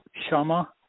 shama